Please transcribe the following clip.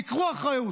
תיקחו אחריות,